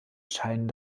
scheinen